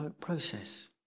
process